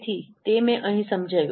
તેથી તે મેં અહીં સમજાવ્યું